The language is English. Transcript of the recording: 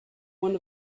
one